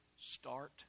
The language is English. start